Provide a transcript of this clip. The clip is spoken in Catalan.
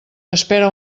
espera